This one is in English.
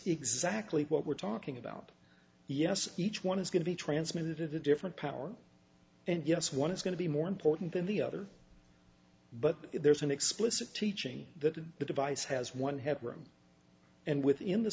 exactly what we're talking about yes each one is going to be transmitted to different power and yes one is going to be more important than the other but there's an explicit teaching that the device has one head room and within the